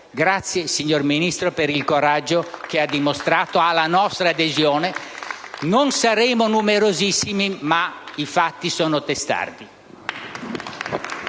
Grazie, signora Ministro, per il coraggio che ha dimostrato. Lei ha la nostra adesione. Non saremo numerosissimi, ma i fatti sono testardi.